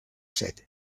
said